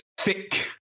thick